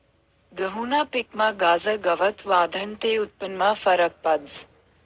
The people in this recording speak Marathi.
गहूना पिकमा गाजर गवत वाढनं ते उत्पन्नमा फरक पडस